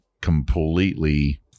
completely